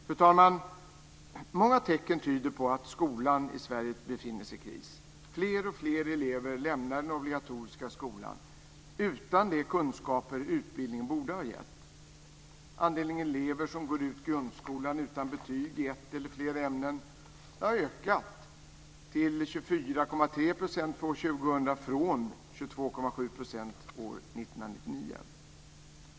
Fru talman! Många tecken tyder på att skolan i Sverige befinner sig i kris. Fler och fler elever lämnar den obligatoriska skolan utan de kunskaper utbildningen borde ha gett. Andelen elever som går ut grundskolan utan betyg i ett eller flera ämnen har ökat till 24,3 % år 2000 från 22,7 % år 1999.